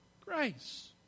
grace